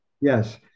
Yes